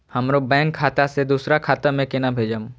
हमरो बैंक खाता से दुसरा खाता में केना भेजम?